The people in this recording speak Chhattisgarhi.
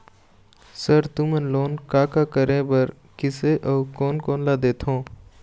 सर तुमन लोन का का करें बर, किसे अउ कोन कोन ला देथों?